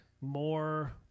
more